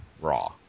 raw